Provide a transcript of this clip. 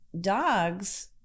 dogs